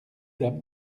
dames